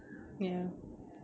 ya